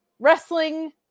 wrestling